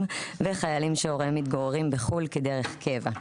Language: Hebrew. וחיילים שהוריהם מתגוררים בחו"ל כדרך קבע.